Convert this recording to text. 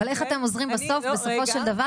אבל בסופו של דבר,